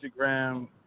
Instagram